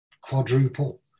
quadruple